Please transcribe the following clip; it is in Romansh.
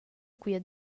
quia